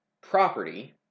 property